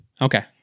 Okay